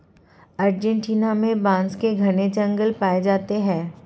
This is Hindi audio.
अर्जेंटीना में बांस के घने जंगल पाए जाते हैं